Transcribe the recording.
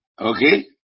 Okay